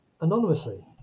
anonymously